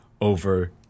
over